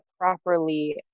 properly